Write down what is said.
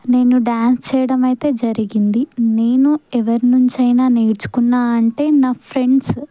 నేను డ్యాన్స్ చెయ్యడం అయితే జరిగింది నేను ఎవరి నుండైనా నేర్చుకున్నాను అంటే నా ఫ్రెండ్స్